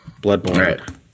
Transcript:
Bloodborne